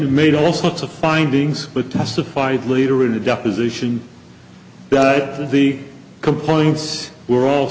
who made all sorts of findings but testified later in a deposition but the complaints were all